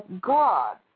God